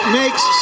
makes